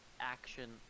action